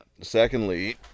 Secondly